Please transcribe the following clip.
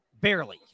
Barely